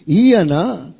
iana